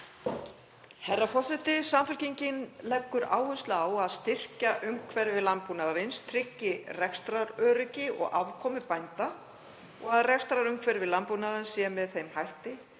Herra forseti. Samfylkingin leggur áherslu á að styrkja umhverfi landbúnaðarins, tryggja rekstraröryggi og afkomu bænda og að rekstrarumhverfi landbúnaðarins sé með þeim hætti